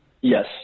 Yes